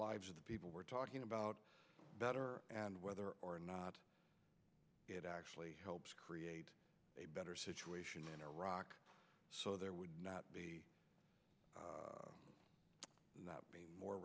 lives of the we're talking about better and whether or not it actually helps create a better situation in iraq so there would not be not be more